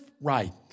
right